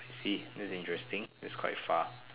see the dangerous thing it's quite far